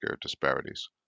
disparities